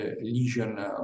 lesion